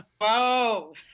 Whoa